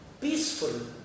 peaceful